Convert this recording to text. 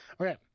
Okay